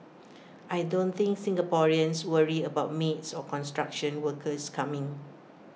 I don't think Singaporeans worry about maids or construction workers coming